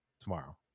tomorrow